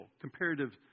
comparative